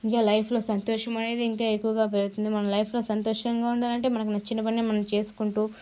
ఇంకా లైఫ్లో సంతోషం అనేది ఇంకా ఎక్కువగా పెరుగుతుంది మన లైఫ్లో సంతోషంగా ఉండాలంటే మనకి నచ్చిన పని మనం చేసుకుంటూ